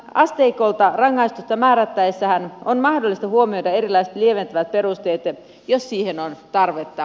asteikolta rangaistusta määrättäessähän on mahdollista huomioida erilaiset lieventävät perusteet jos siihen tarvetta